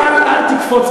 עריצות הרוב, אבל הפסדתם.